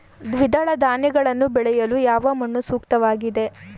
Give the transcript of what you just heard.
ದ್ವಿದಳ ಧಾನ್ಯಗಳನ್ನು ಬೆಳೆಯಲು ಯಾವ ಮಣ್ಣು ಸೂಕ್ತವಾಗಿದೆ?